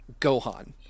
Gohan